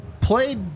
played